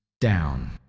down